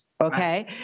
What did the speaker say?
Okay